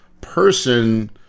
person